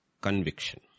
conviction